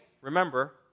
remember